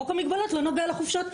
חוק המגבלות לא נוגע לחופשות.